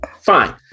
fine